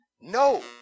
No